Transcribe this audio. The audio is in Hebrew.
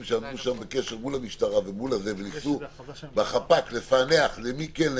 שעמדו שם בקשר מול המשטרה וניסו בחפ"ק למי כן,